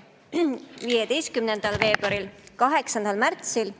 15. veebruaril, 8. märtsil,